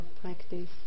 practice